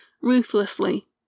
ruthlessly